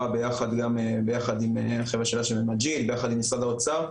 ביחד עם החבר'ה של מג'יד ביחד עם משרד האוצר,